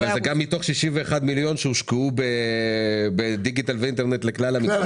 אבל זה גם מתוך 61 מיליון שהושקעו בדיגיטל ואינטרנט לכלל המגזרים.